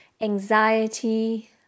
anxiety